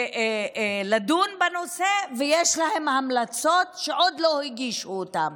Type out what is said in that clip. לדון בנושא, ויש להם המלצות שעוד לא הגישו אותן.